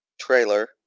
trailer